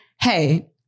Hey